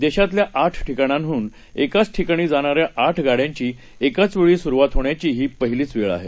देशातल्या आठ ठिकाणाहन एकाच ठिकाणी जाणा या आठ गाड्यांची एकाचवेळी सुरुवात होण्याचीही पहिलीच वेळ आहे